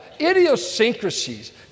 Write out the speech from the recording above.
idiosyncrasies